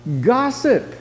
gossip